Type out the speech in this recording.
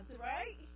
right